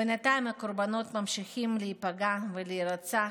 בינתיים הקורבנות ממשיכים להיפגע ולהירצח.